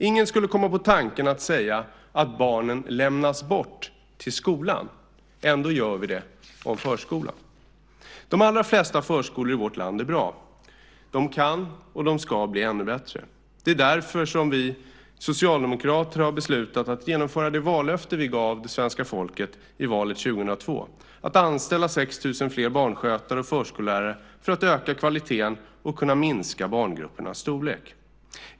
Ingen skulle komma på tanken att säga att barnen lämnas bort till skolan, ändå gör vi det om förskolan. De allra flesta förskolor i vårt land är bra. De kan och de ska bli ännu bättre. Det är därför som vi socialdemokrater har beslutat att genomföra det vallöfte vi gav det svenska folket i valet 2002, att anställa 6 000 fler barnskötare och förskollärare för att öka kvaliteten och kunna minska barngruppernas storlek.